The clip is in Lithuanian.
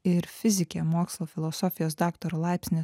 ir fizikė mokslo filosofijos daktaro laipsnį